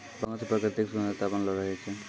बगान से प्रकृतिक सुन्द्ररता बनलो रहै छै